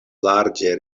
larĝe